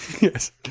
Yes